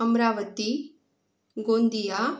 Amravati Gondia